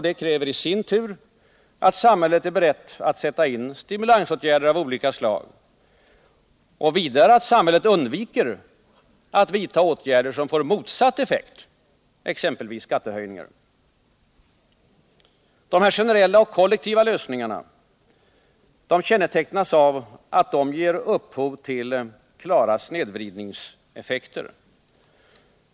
Det kräver i sin tur att samhället är berett att sätta in stimulansåtgärder av olika slag och vidare att samhället undviker att vidta åtgärder som får motsatt effekt, exempelvis skattehöjningar. De här generella och kollektiva lösningarna kännetecknas av att de ger upphov till klara snedvridningseffekter.